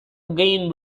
again